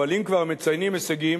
אבל אם כבר מציינים הישגים,